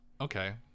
Okay